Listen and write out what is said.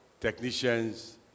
technicians